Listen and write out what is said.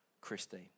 Christine